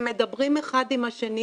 הם מדברים אחד עם השני.